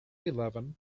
eleven